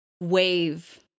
wave